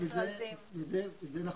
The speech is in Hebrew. זה נכון.